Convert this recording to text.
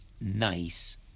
nice